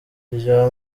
irya